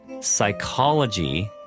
psychology